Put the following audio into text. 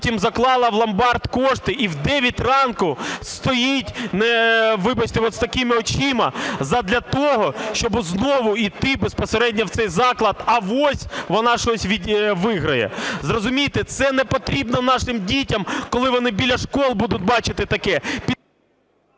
авось вона щось виграє. Зрозумійте, це непотрібно нашим дітям коли вони біля шкіл будуть бачити таке.